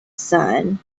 sun